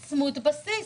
ישובים צמודי בסיס,